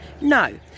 No